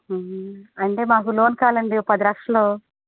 అంటే మాకు లోన్ కావాలండి ఒక పది లక్షలు